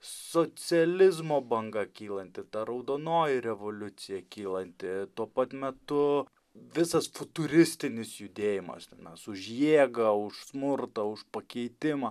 socializmo banga kylanti ta raudonoji revoliucija kylanti tuo pat metu visas futuristinis judėjimas mes už jėgą už smurtą už pakeitimą